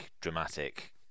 dramatic